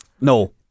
No